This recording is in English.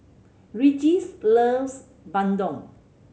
Regis loves Bandung